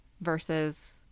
versus